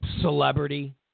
Celebrity